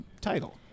title